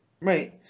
Right